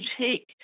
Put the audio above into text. take